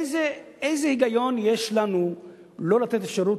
איזה היגיון יש לנו לא לתת אפשרות